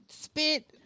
spit